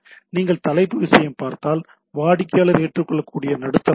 நீங்கள் தலைப்பு விஷயம் பார்த்தால் வாடிக்கையாளர் ஏற்றுக்கொள்ளக்கூடிய நடுத்தர வடிவம்